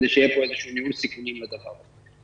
כדי שיהיה פה איזשהו ניהול סיכונים בדבר הזה.